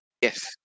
Yes